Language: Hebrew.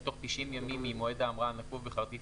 תוך 90 ימים ממועד ההמראה הנקוב בכרטיס